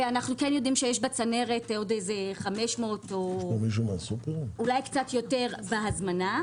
ואנו יודעים שיש בצנרת עוד 500 או אולי קצת יותר בהזמנה.